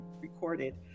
recorded